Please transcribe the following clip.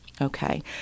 Okay